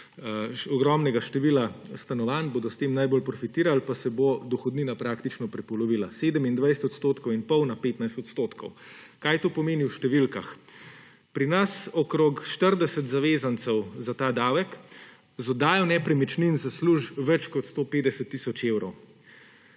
ogromnega števila stanovanj, bodo s tem najbolj profitirali – pa se bo dohodnina praktično prepolovila, s 27 % in pol na 15 %. Kaj to pomeni v številkah? Pri nas okrog 40 zavezancev za ta davek z oddajo nepremičnin zasluži več kot 150 tisoč evrov.